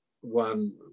one